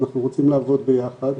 אנחנו רוצים לעבוד ביחד.